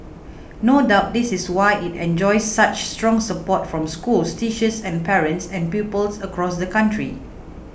no doubt this is why it enjoys such strong support from schools teachers and parents and pupils across the country